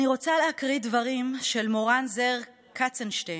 אני רוצה להקריא דברים של מורן זר קצנשטיין,